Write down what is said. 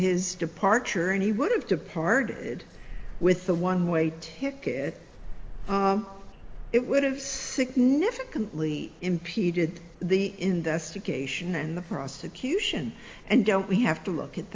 his departure and he would have to pardon did with the one way ticket it would have significantly impeded the investigation and the prosecution and don't we have to look at